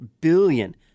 billion